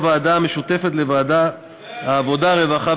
ובהצעת חוק התכנון והבנייה (הוראת שעה)